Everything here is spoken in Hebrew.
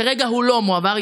כרגע הוא לא מועבר,